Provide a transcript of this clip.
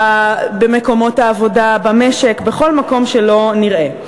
במקומות העבודה, במשק, בכל מקום שלא נראה.